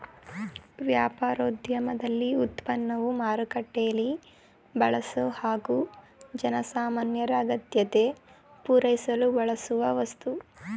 ವ್ಯಾಪಾರೋದ್ಯಮದಲ್ಲಿ ಉತ್ಪನ್ನವು ಮಾರುಕಟ್ಟೆಲೀ ಬಳಸೊ ಹಾಗು ಜನಸಾಮಾನ್ಯರ ಅಗತ್ಯತೆ ಪೂರೈಸಲು ಬಳಸೋವಸ್ತು